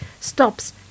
stops